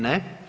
Ne.